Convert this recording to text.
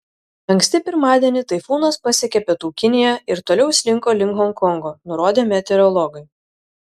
anksti pirmadienį taifūnas pasiekė pietų kiniją ir toliau slinko link honkongo nurodė meteorologai